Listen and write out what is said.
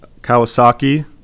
Kawasaki